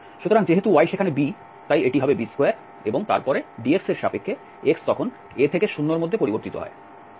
সুতরাং যেহেতু y সেখানে b তাই এটি হবে b2 এবং তারপরে dx এর সাপেক্ষে x তখন a থেকে 0 এর মধ্যে পরিবর্তিত হয়